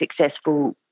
successful